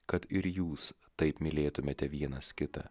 kad ir jūs taip mylėtumėte vienas kitą